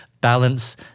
balance